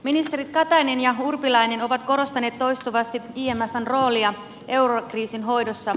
ministerit katainen ja urpilainen ovat korostaneet toistuvasti imfn roolia eurokriisin hoidossa